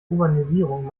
urbanisierung